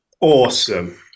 awesome